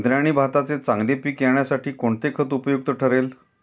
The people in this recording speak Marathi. इंद्रायणी भाताचे चांगले पीक येण्यासाठी कोणते खत उपयुक्त ठरेल?